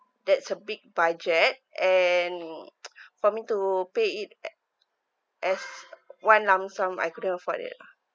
that's a big budget and for me to pay it a~ as one lump sum I could afford it lah